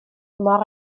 mor